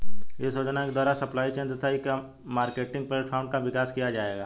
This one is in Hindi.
इस योजना के द्वारा सप्लाई चेन तथा ई मार्केटिंग प्लेटफार्म का विकास किया जाएगा